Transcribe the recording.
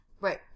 Right